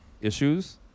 issues